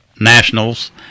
nationals